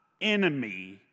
enemy